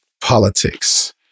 politics